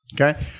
Okay